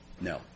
No